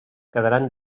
quedaran